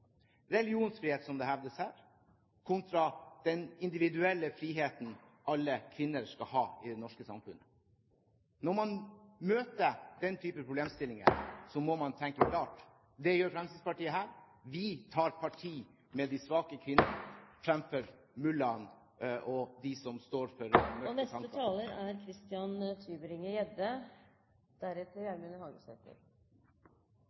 religionsfrihet, som det hevdes her, kontra den individuelle friheten alle kvinner skal ha i det norske samfunnet. Når man møter den typen problemstillinger, må man tenke klart. Det gjør Fremskrittspartiet her. Vi tar parti med de svake kvinnene fremfor mullaen og dem som står for mørke tanker … Neste taler er Christian